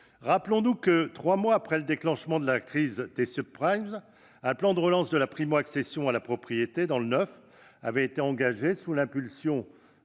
Rappelons-nous que, trois mois après le déclenchement de la crise des, un plan de relance de la primo-accession à la propriété dans le neuf avait été engagé sous l'impulsion